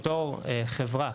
בתור חברה,